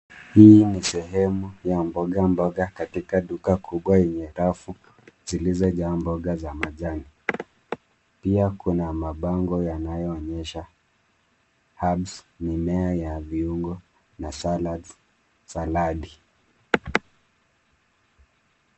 Hii ni sehemu ya mboga mboga katika duka lenye rafu zilizo jaa mboga za majani. Pia kuna mabango yanayoonyesha herbs mimea ya viungio na salads saladi.